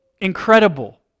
incredible